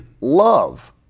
love